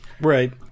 right